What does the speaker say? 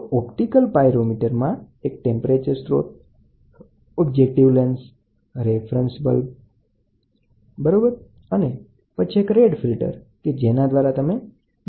તો ઓપ્ટિકલ પાયરોમીટરમાં એક ટેમ્પરેચર સ્રોત એક ઓબ્જેકટીવ લેન્સ એક સ્ક્રીન છે રેફરન્સ બલ્બ બરાબર અને પછી એક રેડ ફિલ્ટર કે જેના દ્વારા તમે જોઈ શકો છો